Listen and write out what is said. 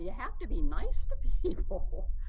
yeah have to be nice to people,